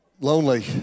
lonely